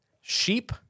Sheep